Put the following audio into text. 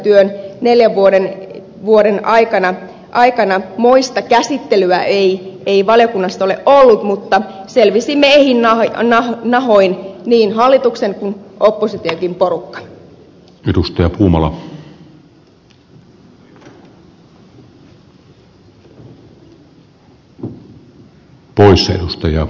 tässä neljän vuoden eduskuntatyön aikana moista käsittelyä ei valiokunnassa ole ollut mutta selvisimme ehjin nahoin niin hallituksen kuin oppositionkin porukka